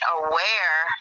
aware